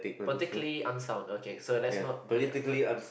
particularly unsound okay so let's not bring up